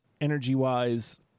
energy-wise